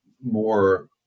more